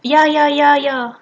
ya ya ya ya